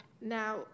Now